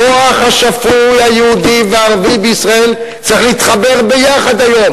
הכוח השפוי היהודי והערבי בישראל צריך להתחבר היום,